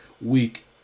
Week